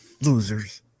Losers